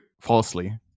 falsely